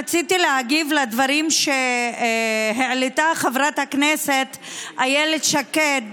רציתי להגיב על הדברים שהעלתה חברת הכנסת איילת שקד